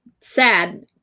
sad